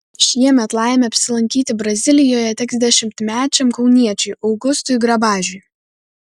šiemet laimė apsilankyti brazilijoje teks dešimtmečiam kauniečiui augustui grabažiui